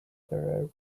their